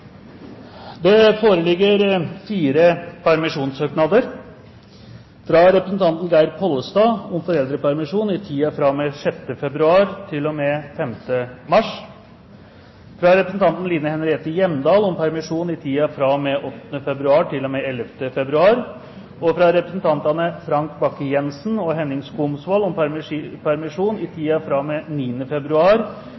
Det foreligger fire permisjonssøknader: Fra representanten Geir Pollestad om foreldrepermisjon i tiden fra og med 6. februar til og med 5. mars. Fra representanten Line Henriette Hjemdal om permisjon i tiden fra og med 8. februar til og med 11. februar, og fra representantene Frank Bakke Jensen og Henning Skumsvoll om permisjon i